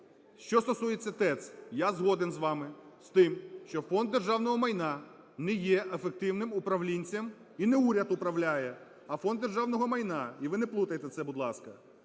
Що стосується ТЕЦ. Я згоден з вами з тим, що Фонд державного майна не є ефективним управлінцем. І не уряд управляє, а Фонд державного майна, і ви не плутайте це, будь ласка.